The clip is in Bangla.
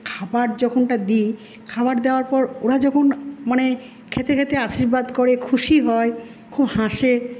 খাবার যখনটা দি খাবার দেওয়ার পর ওরা যখন মানে খেতে খেতে আশীর্বাদ করে খুশি হয় খুব হাসে